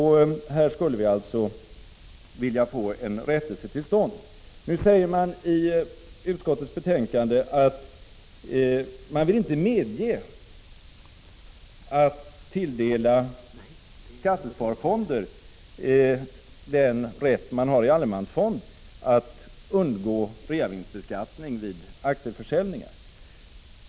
Här skulle vi alltså vilja få en rättelse till stånd. Det sägs i utskottsbetänkandet att man inte vill tilldela skattesparfonder den rätt man har i allemansfonder att undgå reavinstbeskattning vid aktieförsäljningar.